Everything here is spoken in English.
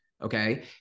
Okay